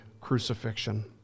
crucifixion